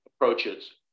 Approaches